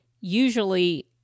usually